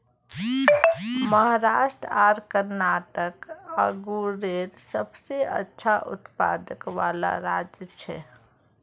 महाराष्ट्र आर कर्नाटक अन्गुरेर सबसे बड़ा उत्पादक वाला राज्य छे